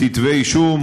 כתבי אישום,